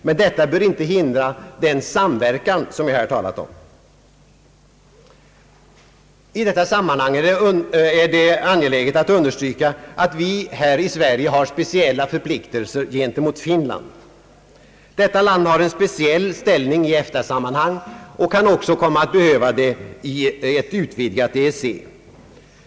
Men detta bör inte hindra den samverkan som jag här har talat om. I detta sammanhang är det angeläget att understryka att vi här i Sverige har speciella förpliktelser gentemot Finland. Detta land har en speciell ställning i EFTA-sammanhang och kan också komma att behöva det i ett utvidgat EEC.